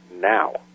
Now